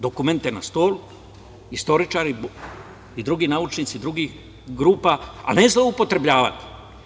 Dokument je na stolu, istoričari i drugi naučnici drugih grupa, a ne zloupotrebljavati.